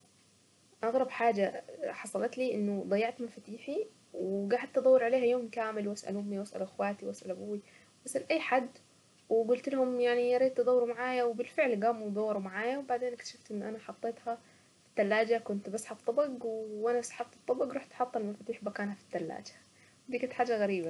اغرب حاجة حصلت لي انه ضيعت مفاتيحي وقعدت ادور عليها يوم كامل واسأل امي واسأل اخواتي واسأل ابوي اسأل اي حد وقلت لهم يعني يا ريت تدوروا معايا وبالفعل قاموا ودوروا معايا وبعدين اكتشفت ان انا حطيتها في التلاجة كنت بسحب طبق وانا بسحب طبق رحت حاطة المفاتيح مكانها في الثلاجة.